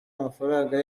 amafaranga